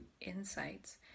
insights